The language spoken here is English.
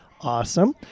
Awesome